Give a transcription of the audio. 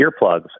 earplugs